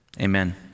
amen